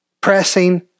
pressing